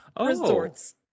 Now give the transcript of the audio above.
resorts